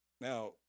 Now